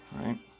Right